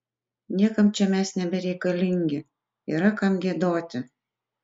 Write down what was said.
niekam čia mes nebereikalingi yra kam giedoti